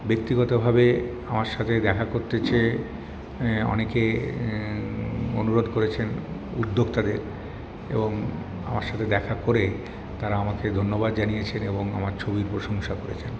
ব্যক্তিগতভাবে আমার সাথে দেখা করতে চেয়ে অনেকে অনুরোধ করেছেন উদ্যোক্তাদের এবং আমার সাথে দেখা করে তারা আমাকে ধন্যবাদ জানিয়েছেন এবং আমার ছবির প্রশংসা করেছেন